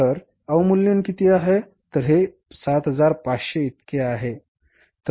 तर अवमूल्यन किती आहे तर हे 7500 आहे